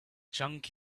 junk